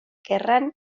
gerran